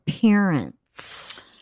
parents